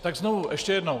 Tak znovu, ještě jednou.